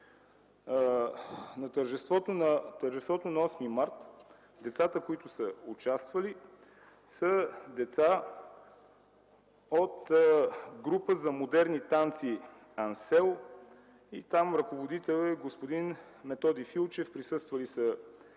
На тържеството на Осми март децата, които са участвали, са деца от група за модерни танци „Аксел” с ръководител господин Методи Филчев. Присъствали са